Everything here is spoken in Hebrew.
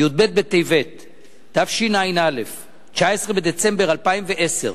בי"ב בטבת תשע"א, 19 בדצמבר 2010,